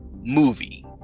movie